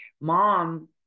mom